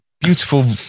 Beautiful